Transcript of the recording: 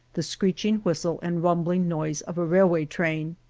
the screeching whistle and rum bling noise of a railway train.